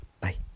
bye